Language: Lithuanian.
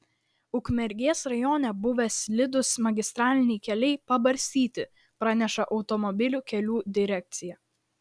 ukmergės rajone buvę slidūs magistraliniai keliai pabarstyti praneša automobilių kelių direkcija